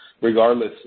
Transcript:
regardless